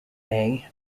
may